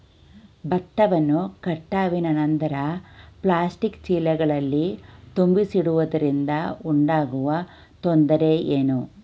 ಭತ್ತವನ್ನು ಕಟಾವಿನ ನಂತರ ಪ್ಲಾಸ್ಟಿಕ್ ಚೀಲಗಳಲ್ಲಿ ತುಂಬಿಸಿಡುವುದರಿಂದ ಉಂಟಾಗುವ ತೊಂದರೆ ಏನು?